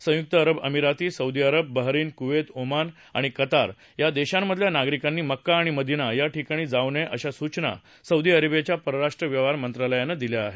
संयुक अरब अमिरात Saudi Arab Bahrain Kuwait Oman आणि कतार या देशांमधल्या नागरिकांनी मक्का आणि मदिना या ठिकाणी जाऊ नये अशी सूचना सौदी अरेबियाच्या परराष्ट्र व्यवहार मंत्रालयानं जारी केली आहे